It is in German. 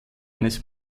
eines